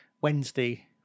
wednesday